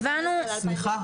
סליחה,